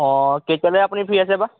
অঁ কেতিয়ালৈ আপুনি ফ্ৰী আছে বা